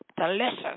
delicious